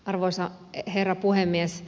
arvoisa herra puhemies